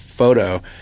Photo